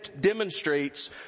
demonstrates